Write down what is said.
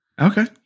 Okay